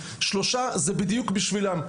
שלושה זה בדיוק בשבילם,